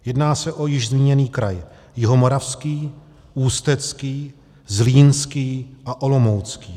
Jedná se o již zmíněný kraj Jihomoravský, Ústecký, Zlínský a Olomoucký.